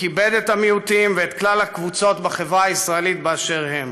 וכיבד את המיעוטים ואת כלל הקבוצות בחברה הישראלית באשר הן.